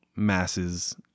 Masses